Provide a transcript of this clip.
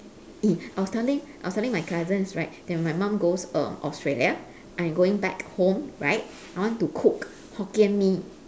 eh I was telling I was telling my cousins right that when my mum goes err australia I'm going back home right I want to cook hokkien-mee